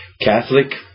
Catholic